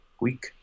week